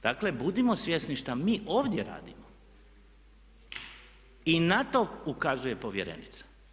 Dakle, budimo svjesni što mi ovdje radimo i na to ukazuje povjerenica.